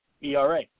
ERA